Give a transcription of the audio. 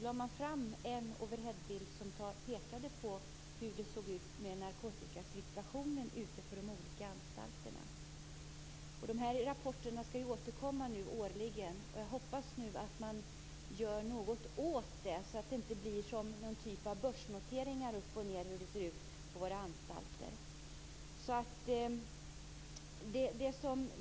Då visade man en overheadbild som redovisade hur narkotikasituationen ute på de olika anstalterna såg ut. De rapporterna skall återkomma årligen, och jag hoppas nu att man gör något åt det, så att det inte bara blir någon typ av börsnoteringar som går upp och ned av hur det ser ut på våra anstalter.